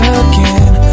again